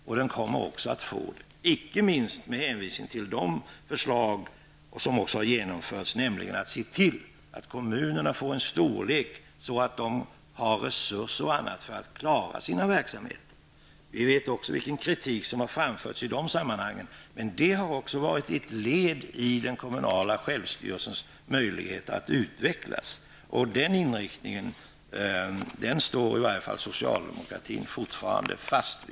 Och så kommer det att vara även i fortsättningen, inte minst med hänvisning till de förslag som har genomförts och som innebär att man ser till att kommunerna får en sådan storlek att de har resurser m.m. för att klara sina verksamheter. Vi vet också vilken kritik som har framförts i dessa sammanhang. Men det har också varit ett led i den kommunala självstyrelsens möjlighet att utvecklas. Och den inriktningen står i varje fall socialdemokraterna fortfarande fast vid.